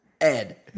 Ed